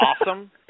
awesome